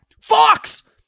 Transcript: Fox